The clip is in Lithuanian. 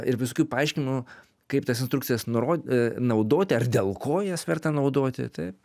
ir visokių paaiškinimų kaip tas instrukcijas nurod naudoti ar dėl ko jas verta naudoti taip